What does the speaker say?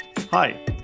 Hi